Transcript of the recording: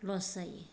लस जायो